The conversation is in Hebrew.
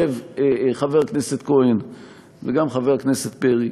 חבר הכנסת כהן וגם חבר הכנסת פרי,